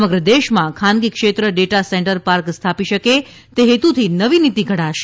સમગ્ર દેશમાં ખાનગી ક્ષેત્ર ડેટા સેન્ટર પાર્ક સ્થાપી શકે તે હેતુથી નવી નિતી ઘડાશે